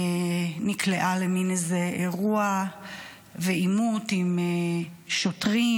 נקלעה למין אירוע ועימות עם שוטרים,